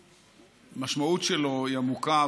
שהמשמעות שלו היא עמוקה,